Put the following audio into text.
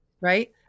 right